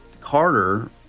Carter